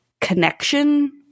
connection